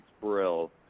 Brill